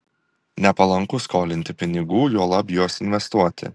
nepalanku skolinti pinigų juolab juos investuoti